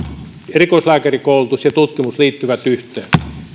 erikoislääkärikoulutus ja tutkimus liittyvät yhteen